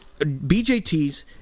BJTs